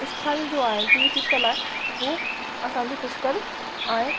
इस्थल जो आहे तीर्थ स्थल आहे हू असांजो पुष्कर आहे